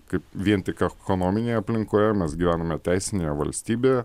kaip vien tik ekonominėje aplinkoje mes gyvename teisinėje valstybėje